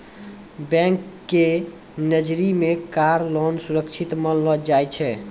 bank के नजरी मे कार लोन सुरक्षित मानलो जाय छै